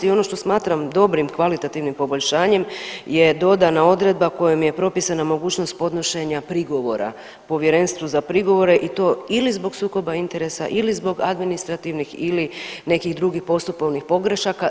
I ono što smatram dobrim, kvalitativnim poboljšanjem je dodana odredba kojom je propisana mogućnost podnošenja prigovora Povjerenstvu za prigovore i to ili zbog sukoba interesa ili zbog administrativnih ili nekih drugih postupovnih pogrešaka.